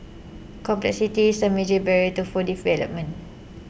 complexity is a major barrier to full deployment